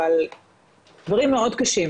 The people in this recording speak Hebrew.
אבל דברים מאוד קשים